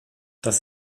das